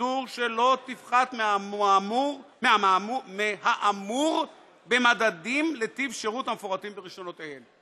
שירות שלא תפחת מהאמור במדדים לטיב שירות המפורטים ברישיונותיהן.